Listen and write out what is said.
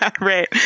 Right